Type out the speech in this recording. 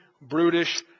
brutish